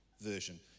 version